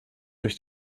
durch